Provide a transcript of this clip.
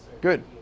Good